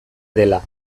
dela